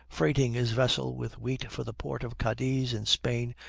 freighting his vessel with wheat for the port of cadiz, in spain,